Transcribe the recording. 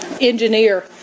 engineer